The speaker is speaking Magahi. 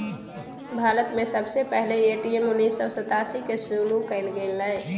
भारत में सबसे पहले ए.टी.एम उन्नीस सौ सतासी के शुरू कइल गेलय